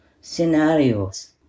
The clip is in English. scenarios